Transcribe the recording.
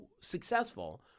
successful